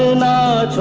la